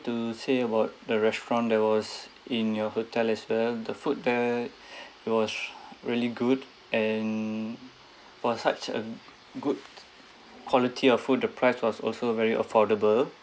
to say about the restaurant that was in your hotel as well the food there it was really good and for such a good quality of food the price was also very affordable